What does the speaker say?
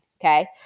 okay